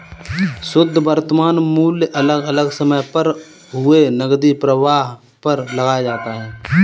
शुध्द वर्तमान मूल्य अलग अलग समय पर हुए नकदी प्रवाह पर लगाया जाता है